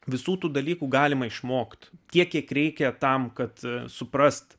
visų tų dalykų galima išmokti tiek kiek reikia tam kad suprasti